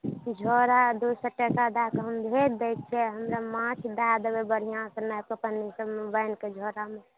झोड़ा आ दू सए टका दऽ कऽ हम भेज दै छियै हमरा माछ दय देबै बढ़िऑं सँ अपन पोलोथिनमे बान्हिकऽ झोड़ामे